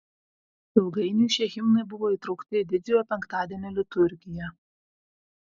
ilgainiui šie himnai buvo įtraukti į didžiojo penktadienio liturgiją